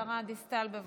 השרה דיסטל, בבקשה,